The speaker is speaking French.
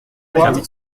quatre